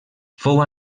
fou